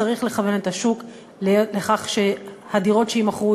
צריך לכוון את השוק לכך שהדירות שיימכרו